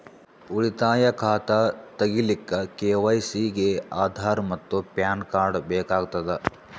ಉಳಿತಾಯ ಖಾತಾ ತಗಿಲಿಕ್ಕ ಕೆ.ವೈ.ಸಿ ಗೆ ಆಧಾರ್ ಮತ್ತು ಪ್ಯಾನ್ ಕಾರ್ಡ್ ಬೇಕಾಗತದ